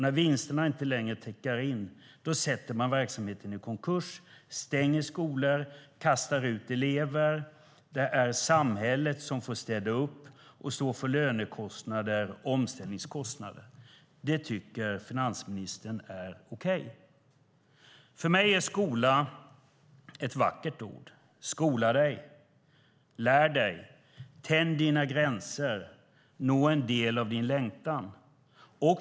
När vinsterna inte längre tickar in sätter man verksamheten i konkurs, stänger skolor och kastar ut elever. Det är samhället som får städa upp och stå för lönekostnader och omställningskostnader. Det tycker finansministern är okej. För mig är skola ett vackert ord. Skola dig! Lär dig! Tänj dina gränser! Nå en del av din längtan!